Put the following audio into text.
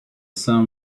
sun